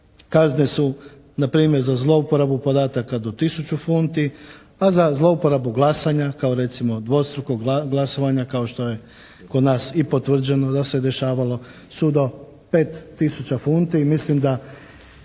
kazne su npr. za zlouporabu podataka do tisuću funti a za zlouporabu glasanja kao recimo dvostrukog glasovanja kao što je kod nas i potvrđeno da se dešavalo su do 5 tisuća funti. I mislim da